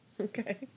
Okay